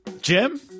Jim